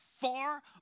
far